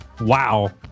Wow